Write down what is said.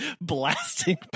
blasting